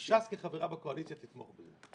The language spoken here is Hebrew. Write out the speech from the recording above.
ש"ס, כחברה בקואליציה, תתמוך בזה.